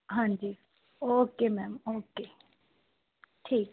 ਹਾਂਜੀ okay ma'am okay ਠੀਕ